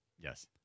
Yes